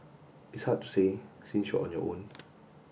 it's hard to say since you're on your own